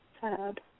Sad